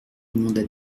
demanda